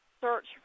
search